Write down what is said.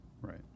Right